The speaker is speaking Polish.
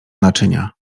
naczynia